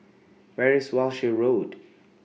Where IS Walshe Road